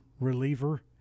reliever